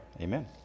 amen